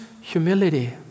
humility